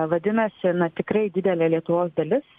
vadinasi na tikrai didelė lietuvos dalis